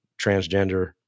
transgender